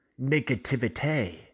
negativity